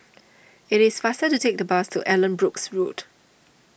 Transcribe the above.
it is faster to take the bus to Allanbrooke's Road